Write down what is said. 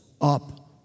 up